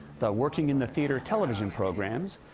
that working in the theatre television programs,